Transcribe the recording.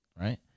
right